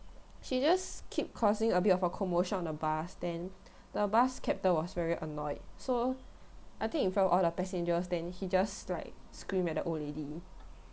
she just keep causing a bit of a commotion on the bus then the bus captain was very annoyed so I think in front all the passenger then he just like screamed at the old lady